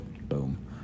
Boom